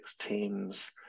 teams